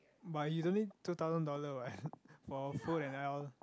but it's only two thousand dollar what for a food and all